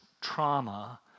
trauma